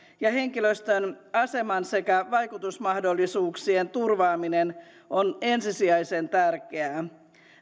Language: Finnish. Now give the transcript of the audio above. ja henkilöstön aseman sekä vaikutusmahdollisuuksien turvaaminen on ensisijaisen tärkeää